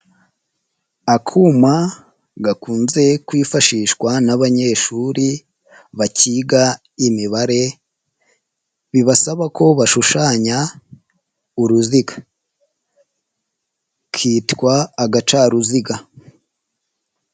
Akuma gakunze kwifashishwa n'abanyeshuri bakiga imibare bibasaba ko bashushanya uruziga. Kitwa agacaruziga.